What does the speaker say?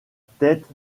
tête